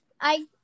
I-